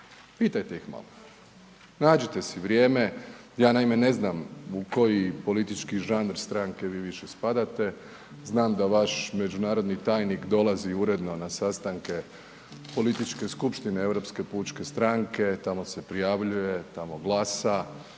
pitajte ih malo. Nađite si vrijeme, ja naime, ne znam, u koji politički žanr stranke vi više spadate, znam da vaš međunarodni tajnik dolazi uredno na sastanke političke skupštine Europske pučke stranke, tamo se prijavljuje, tamo glasa,